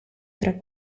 tra